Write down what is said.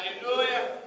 Hallelujah